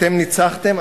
אתם ניצחתם,